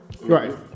Right